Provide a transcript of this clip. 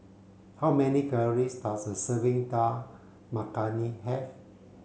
how many calories does a serving Dal Makhani have